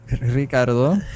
Ricardo